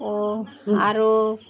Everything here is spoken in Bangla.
ও আর